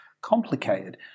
complicated